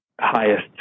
highest